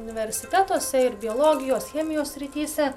universitetuose ir biologijos chemijos srityse